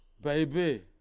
Baby